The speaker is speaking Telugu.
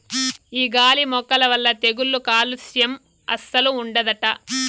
ఈ గాలి మొక్కల వల్ల తెగుళ్ళు కాలుస్యం అస్సలు ఉండదట